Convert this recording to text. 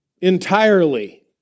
entirely